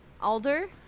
alder